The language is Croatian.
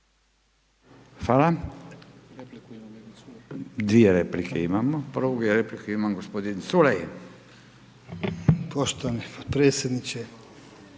Hvala. Dvije replike imamo. Prvu repliku ima gospodin Culej. **Culej,